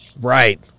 Right